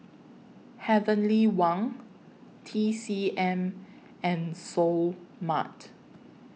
Heavenly Wang T C M and Seoul Mart